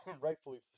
rightfully